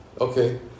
Okay